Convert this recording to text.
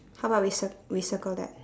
how about we cir~ we circle that